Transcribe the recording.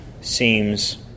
seems